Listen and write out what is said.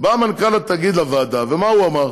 בא מנכ"ל התאגיד לוועדה, ומה הוא אמר?